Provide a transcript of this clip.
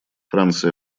франция